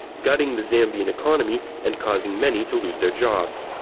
gutting the zambian economy and causing many to lose their jobs.